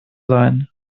sein